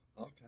Okay